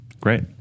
Great